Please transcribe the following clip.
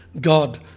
God